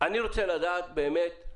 אני רוצה לדעת באמת,